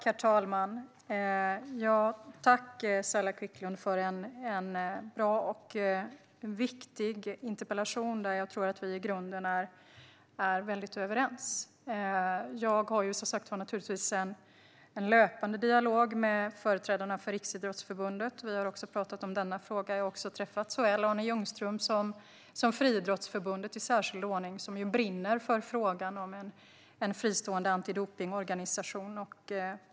Herr talman! Tack, Saila Quicklund, för en bra och viktig interpellation! Jag tror att vi i grunden är väldigt överens. Jag för som sagt en löpande dialog med företrädare för Riksidrottsförbundet. Vi har diskuterat också denna fråga, och jag har träffat Arne Ljunqvist som brinner för frågan om en fristående antidopningsorganisation.